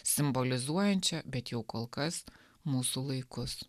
simbolizuojančią bet jau kol kas mūsų laikus